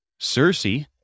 Cersei